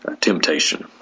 temptation